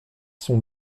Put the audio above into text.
sont